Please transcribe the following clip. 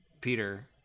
Peter